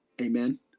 Amen